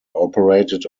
operated